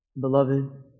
beloved